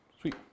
Sweet